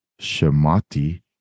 Shemati